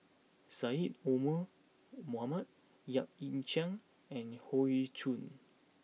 Syed Omar Mohamed Yap Ee Chian and Hoey Choo